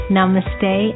Namaste